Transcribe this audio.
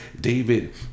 David